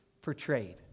portrayed